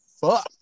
fuck